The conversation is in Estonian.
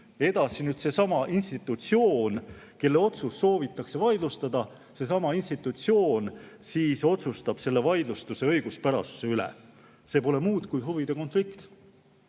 Edasi seesama institutsioon, kelle otsust soovitakse vaidlustada, otsustab selle vaidlustuse õiguspärasuse üle. See pole muud kui huvide konflikt.